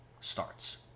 starts